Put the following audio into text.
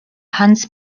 hans